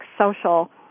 social